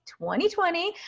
2020